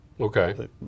Okay